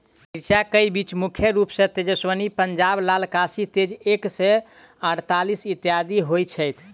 मिर्चा केँ बीज मुख्य रूप सँ तेजस्वनी, पंजाब लाल, काशी तेज एक सै अड़तालीस, इत्यादि होए छैथ?